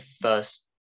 first